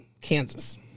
Kansas